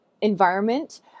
environment